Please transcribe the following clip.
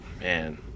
man